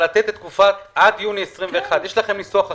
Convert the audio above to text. ולתת תקופה עד יוני 2021. אם יש לכם ניסוח אחר,